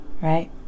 right